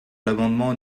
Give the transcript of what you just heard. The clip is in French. l’amendement